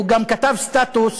הוא גם כתב סטטוס,